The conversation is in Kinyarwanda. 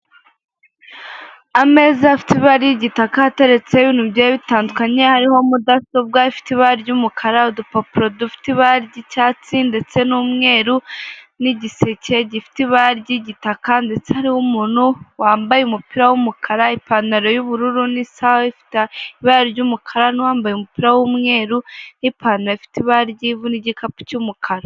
Ameza afite ibara ry'igitaka ateretseho ibintu bigiye bitandukanye, hariho mudasobwa ifite ibara ry'umukara, udupapuro dufite ibara ry'icyatsi ndetse n'umweru n'igiseke gifite ibara ry'igitaka ndetse hariho umuntu wambaye umupira w'umukara, ipantaro y'ubururu n'isaha ifite ibara ry'umukara n'uwambaye umupira w'umweru n'ipantaro ifite ibara ry'ivu n'igikapu cy'umukara.